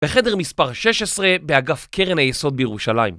בחדר מספר 16, באגף קרן היסוד בירושלים